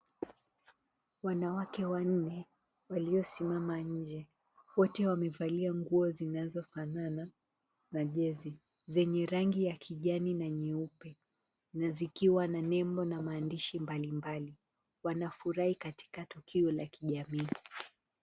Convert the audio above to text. Wanawake wanne waliosimama nje wote wamevalia nguo zilizofanana na jezi zenye rangi ya kijani na nyeupe na zikiwa na nembo na maandishi mbalimbali wanafurahi katika tukio la kijamii.